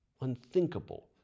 Unthinkable